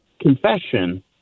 confession